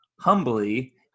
humbly